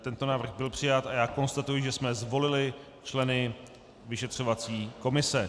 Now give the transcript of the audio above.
Tento návrh byl přijat a já konstatuji, že jsme zvolili členy vyšetřovací komise.